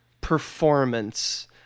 performance